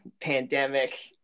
pandemic